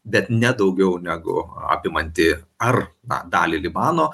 bet ne daugiau negu apimanti ar na dalį libano